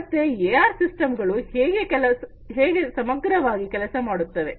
ಮತ್ತೆ AR system ಗಳು ಹೀಗೆ ಸಮಗ್ರವಾಗಿ ಕೆಲಸ ಮಾಡುತ್ತವೆ